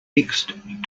mixed